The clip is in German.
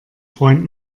freund